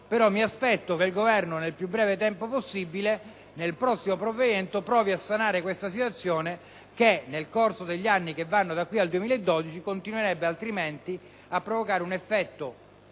mi aspetto che il Governo, nel più breve tempo possibile, già nel prossimo provvedimento, provi a sanare questa situazione, che nel corso degli anni che vanno da qui al 2012 continuerebbe a provocare un effetto